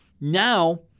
now